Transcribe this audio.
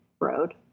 Road